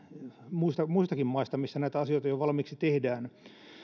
muistakin maista missä näitä asioita jo valmiiksi tehdään